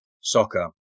soccer